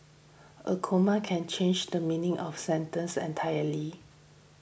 a comma can change the meaning of sentence entirely